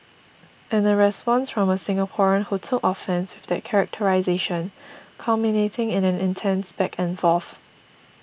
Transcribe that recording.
and a response from a Singaporean who took offence with that characterisation culminating in an intense back and forth